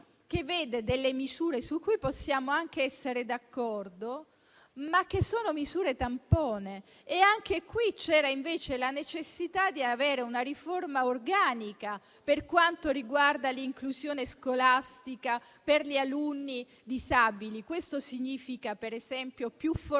che vede delle misure su cui possiamo anche essere d'accordo, ma che sono misure tampone. Anche qui c'era, invece, la necessità di avere una riforma organica per quanto riguarda l'inclusione scolastica per gli alunni disabili. Questo significa, per esempio, più formazione